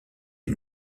les